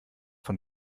von